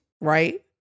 Right